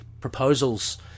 proposals